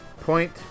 point